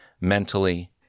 mentally